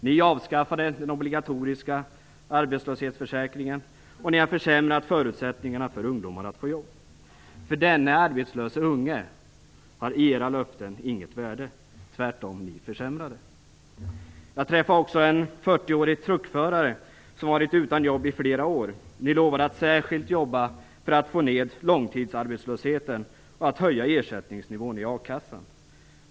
Ni avskaffade den obligatoriska arbetslöshetsförsäkringen, och ni har försämrat förutsättningarna för ungdomar att få jobb. För denne arbetslöse unge har era löften inget värde, tvärtom försämrade ni. Jag träffade också en 40-årig truckförare som varit utan jobb i flera år. Ni lovade att särskilt jobba för att få ned långtidsarbetslösheten och att höja ersättningsnivån i a-kassan.